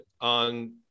on